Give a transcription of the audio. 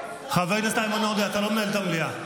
חבר הכנסת איימן עודה, אתה לא מנהל את המליאה.